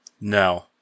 No